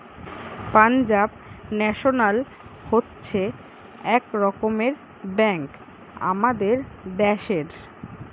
Punjab national হচ্ছে এক রকমের ব্যাঙ্ক আমাদের দ্যাশের